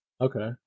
Okay